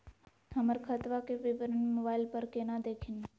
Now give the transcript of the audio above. हमर खतवा के विवरण मोबाईल पर केना देखिन?